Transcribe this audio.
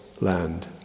land